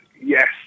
Yes